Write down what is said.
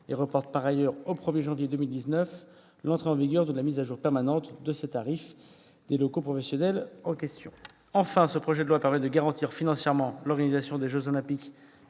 et reporte au 1 janvier 2019 l'entrée en vigueur de la mise à jour permanente des tarifs de ces mêmes locaux professionnels. Enfin, ce projet de loi permet de garantir financièrement l'organisation des jeux Olympiques